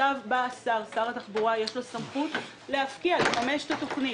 לשר התחבורה יש סמכות להפקיע, לממש את התוכנית.